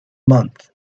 month